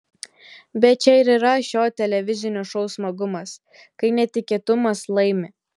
bet čia ir yra šio televizinio šou smagumas kai netikėtumas laimi